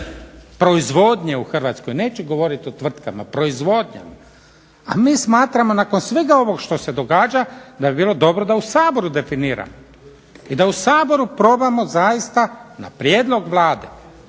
proizvodnje u Hrvatskoj. Neću govoriti o tvrtkama, proizvodnjom. A mi smatramo nakon svega ovog što se događa da bi bilo dobro da u Saboru definira i da u Saboru probamo zaista na prijedlog Vlade